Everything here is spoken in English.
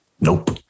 Nope